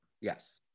Yes